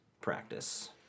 practice